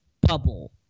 bubble